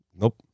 Nope